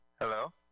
Hello